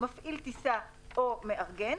מפעיל טיסה או מארגן,